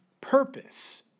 purpose